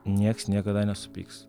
nieks niekada nesupyks